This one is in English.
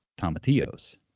tomatillos